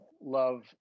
love